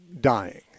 dying